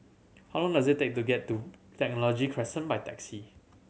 how long does it take to get to Technology Crescent by taxi